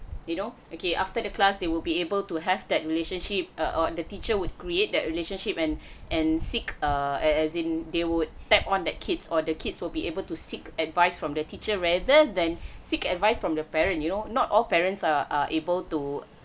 you know okay after the class they will be able to have that relationship err or the teacher would create that relationship and and seek err as in they would tap on the kids or the kids will be able to seek advice from the teacher rather than seek advice from the parents you know not all parents are are able to